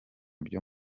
byo